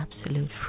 absolute